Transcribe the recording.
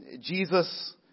Jesus